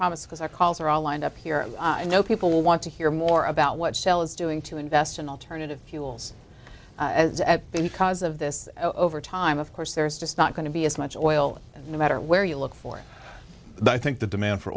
promise because our calls are all lined up here and i know people want to hear more about what shell is doing to invest in alternative fuels there is cause of this over time of course there's just not going to be as much oil no matter where you look for i think the demand for